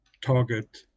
target